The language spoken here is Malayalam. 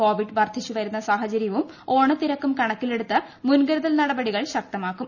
കോവിഡ് വർധിച്ചുവരുന്ന സാഹചരൃവും ഓണത്തിരക്കും കണക്കിലെടുത്ത് മുൻകരുതൽ നടപടികൾ ശക്തമാക്കും